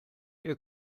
ihr